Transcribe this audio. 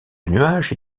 nuages